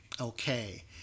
Okay